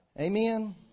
Amen